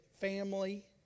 family